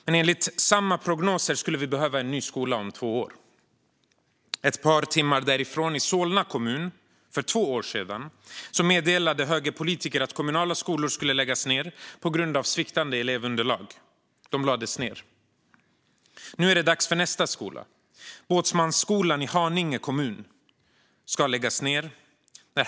Men enligt samma prognoser skulle vi behöva en ny skola två år senare. Ett par timmar därifrån, i Solna kommun, meddelade för två år sedan högerpolitiker att kommunala skolor skulle läggas ned på grund av sviktande elevunderlag. De lades ned. Nu är det dags för nästa skola. Båtsmansskolan i Haninge kommun ska läggas ned.